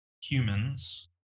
humans